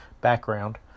background